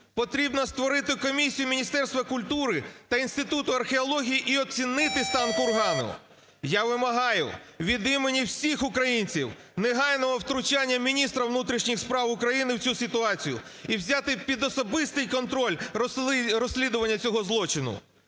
Потрібно створити комісію Міністерства культури та Інституту археології і оцінити стан кургану. Я вимагаю від імені всіх українців негайного втручання міністра внутрішніх справ України в цю ситуацію і взяти під особистий контроль розслідування цього злочину.